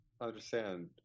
understand